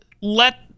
let